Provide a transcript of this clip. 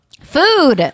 Food